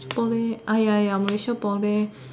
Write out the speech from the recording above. boleh uh ya ya Malaysia boleh